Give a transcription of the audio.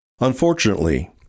Unfortunately